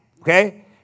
okay